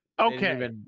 Okay